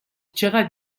چقدر